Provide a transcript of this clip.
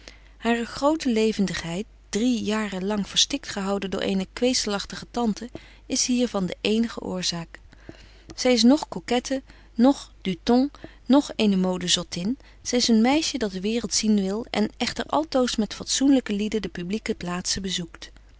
hare grote levendigheid drie jaren lang verstikt gehouden door eene kwezelagtige tante is hier van de éénige oorzaak zy is noch coquette noch du ton noch eene mode zottin zy is een meisje dat de waereld zien wil en echter altoos met fatsoenlyke lieden de publyque plaatzen bezoekt